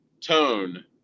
tone